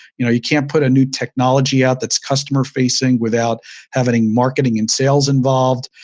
you know you can't put a new technology out that's customer-facing without having marketing and sales involved.